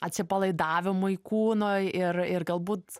atsipalaidavimui kūno ir ir galbūt